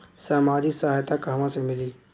सामाजिक सहायता कहवा से मिली?